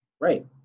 Right